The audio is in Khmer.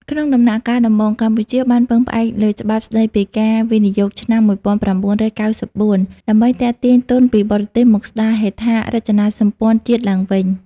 ក្នុងដំណាក់កាលដំបូង កម្ពុជាបានពឹងផ្អែកលើច្បាប់ស្ដីពីការវិនិយោគឆ្នាំ ១៩៩៤ ដើម្បីទាក់ទាញទុនពីបរទេសមកស្ដារហេដ្ឋារចនាសម្ព័ន្ធជាតិឡើងវិញ។